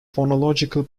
phonological